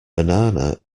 banana